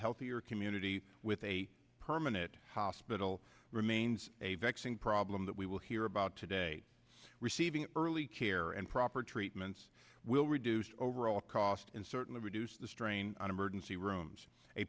healthier community with a permanent hospital remains a vexing problem that we will hear about today receiving early care and proper treatments will reduce overall cost and certainly reduce the strain on emergency rooms a